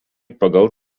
pagal